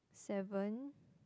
seven